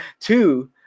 Two